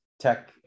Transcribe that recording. Tech